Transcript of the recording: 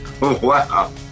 Wow